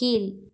கீழ்